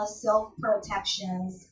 self-protections